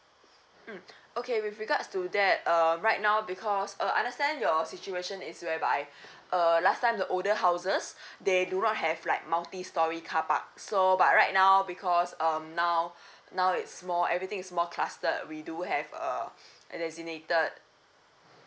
mm okay with regards to that um right now because uh understand your situation is whereby uh last time the older houses they do not have like multi storey car park so but right now because um now now it's more everything is more cluster we do have uh designated